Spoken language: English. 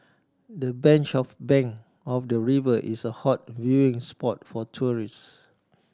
the bench of bank of the river is a hot viewing spot for tourists